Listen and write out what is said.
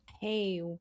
hey